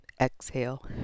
Exhale